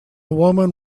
woman